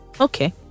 Okay